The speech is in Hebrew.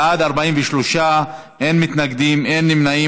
בעד, 43, אין מתנגדים, אין נמנעים.